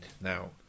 now